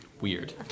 Weird